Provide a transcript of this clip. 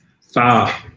far